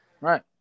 Right